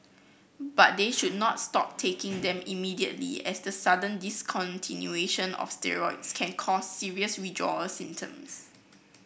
but they should not stop taking them immediately as the sudden discontinuation of steroids can cause serious withdrawal symptoms